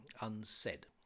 unsaid